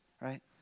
right